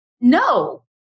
no